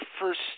first